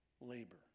labor